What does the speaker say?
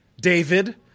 David